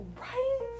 Right